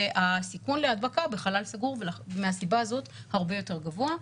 והסיכון להדבקה בחלל סגור מהסיבה הזאת הרבה יותר גבוה.